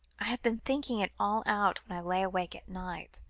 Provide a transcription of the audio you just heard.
i have been thinking it all out, when i lay awake at night.